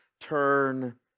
turn